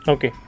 Okay